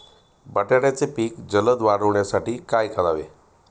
बटाट्याचे पीक जलद वाढवण्यासाठी काय करावे?